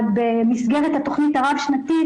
במסגרת התכנית הרב שנתית,